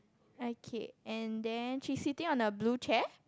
okay and then she is sitting on a blue chair